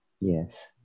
Yes